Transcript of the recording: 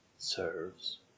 serves